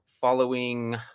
following